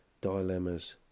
dilemmas